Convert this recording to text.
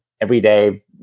everyday